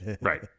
Right